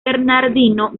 bernardino